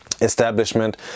Establishment